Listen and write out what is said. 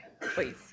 Please